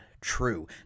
true